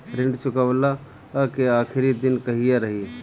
ऋण चुकव्ला के आखिरी दिन कहिया रही?